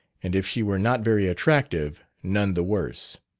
and if she were not very attractive, none the worse.